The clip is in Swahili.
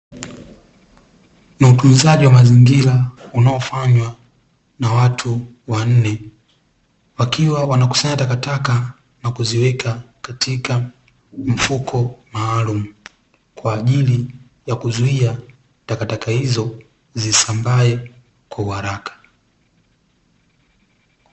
Utunzaji wa mazingira unao fanywa na watu wa nne wakiwa wanakusanya takataka na kuziweka katika mfuko maalumu, kwa ajili ya kuzuia takataka hizo zisisambae kwa haraka.